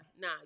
nah